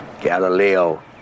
Galileo